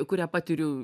kurią patiriu